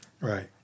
right